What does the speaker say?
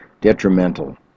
detrimental